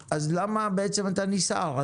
אז למה בעצם אתה נסער?